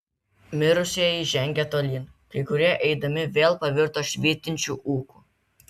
mirusieji žengė tolyn kai kurie eidami vėl pavirto švytinčiu ūku